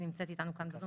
היא נמצאת איתנו כאן בזום,